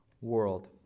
world